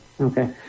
Okay